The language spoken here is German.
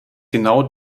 genau